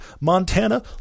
Montana